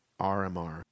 RMR